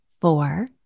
four